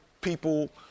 people